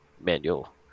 manual